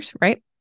right